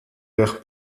der